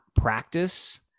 practice